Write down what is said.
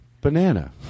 Banana